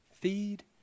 Feed